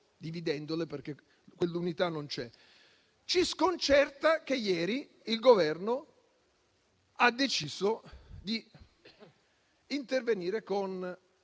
dividendole, perché quell'unità non c'è - ci sconcerta che ieri il Governo abbia deciso di intervenire con